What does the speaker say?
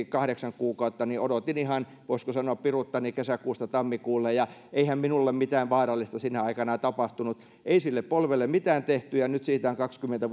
kahdeksan kuukautta niin odotin ihan voisiko sanoa piruuttani kesäkuusta tammikuulle ja eihän minulle mitään vaarallista sinä aikana tapahtunut ei sille polvelle mitään tehty ja nyt siitä on kaksikymmentä